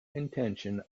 intention